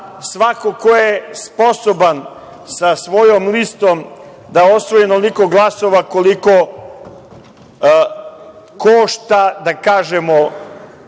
svako ko je sposoban sa svojom listom da osvoji onoliko glasova koliko košta, da kažemo,